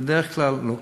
בדרך כלל לא קיימים.